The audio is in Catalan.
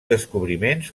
descobriments